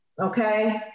okay